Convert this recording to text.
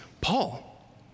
Paul